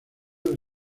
del